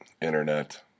internet